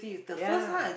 yea